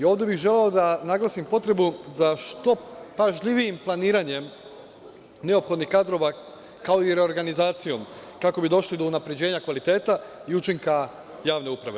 Ovde bih želeo da naglasim potrebu za što pažljivijim planiranjem neophodnih kadrova, kao i reorganizacijom, kako bi došli do unapređenja kvaliteta i učinka javne uprave.